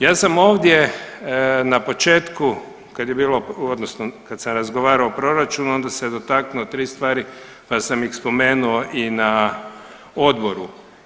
Ja sam ovdje na početku kad je bilo, odnosno kad sam razgovarao o proračunu onda sam dotaknuo tri stvari pa sam ih spomenuo i na odboru.